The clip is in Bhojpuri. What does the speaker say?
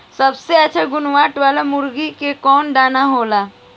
सबसे अच्छा गुणवत्ता वाला मुर्गी के कौन दाना होखेला?